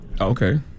Okay